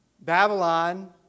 Babylon